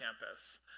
campus